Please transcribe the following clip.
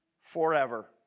Forever